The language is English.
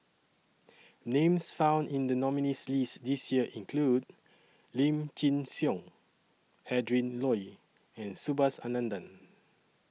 Names found in The nominees' list This Year include Lim Chin Siong Adrin Loi and Subhas Anandan